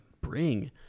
bring